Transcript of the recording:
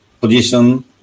position